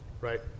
Right